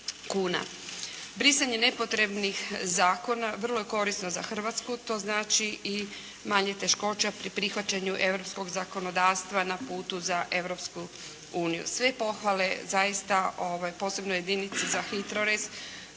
Brisanje nepotrebnih zakona vrlo je korisno za Hrvatsku. To znači i manje teškoća pri prihvaćanju europskog zakonodavstva na putu za Europsku uniju. Sve pohvale zaista posebno jedinici za HITRORez